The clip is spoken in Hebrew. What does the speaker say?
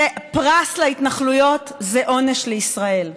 זה פרס להתנחלויות, זה עונש לישראל.